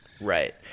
right